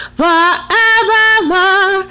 forevermore